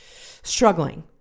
struggling